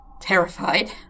terrified